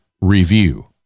review